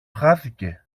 χάθηκε